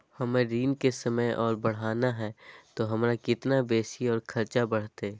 हमर ऋण के समय और बढ़ाना है तो हमरा कितना बेसी और खर्चा बड़तैय?